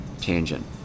Tangent